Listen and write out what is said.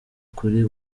kuli